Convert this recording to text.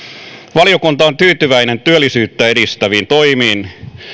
valiokunta on tyytyväinen työllisyyttä edistäviin toimiin